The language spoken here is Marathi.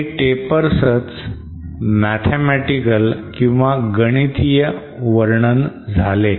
हे tapers च mathematical गणितीय वर्णन झाले